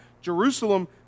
Jerusalem